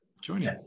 joining